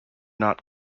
not